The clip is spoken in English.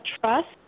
trust